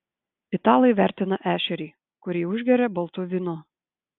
italai vertina ešerį kurį užgeria baltu vynu